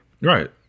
Right